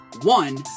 one